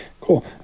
cool